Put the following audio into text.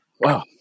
Wow